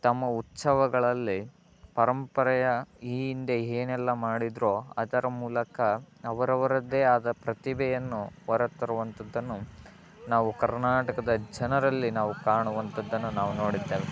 ತಮ್ಮ ಉತ್ಸವಗಳಲ್ಲಿ ಪರಂಪರೆಯ ಈ ಹಿಂದೆ ಏನೆಲ್ಲ ಮಾಡಿದ್ದರೋ ಅದರ ಮೂಲಕ ಅವರವರದ್ದೇ ಆದ ಪ್ರತಿಭೆಯನ್ನು ಹೊರತರುವಂಥದ್ದನ್ನು ನಾವು ಕರ್ನಾಟಕದ ಜನರಲ್ಲಿ ನಾವು ಕಾಣುವಂಥದ್ದನ್ನು ನಾವು ನೋಡಿದ್ದೇವೆ